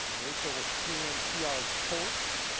rachel with tmpr sports.